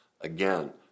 Again